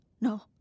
No